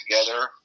together